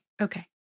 Okay